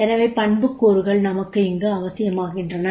எனவே பண்புக்கூறுகள் நமக்கு இங்கு அவசியமாகின்றன